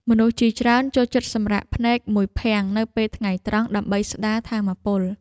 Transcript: មនុស្សជាច្រើនចូលចិត្តសម្រាកភ្នែកមួយភាំងនៅពេលថ្ងៃត្រង់ ដើម្បីស្តារថាមពល។